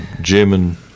German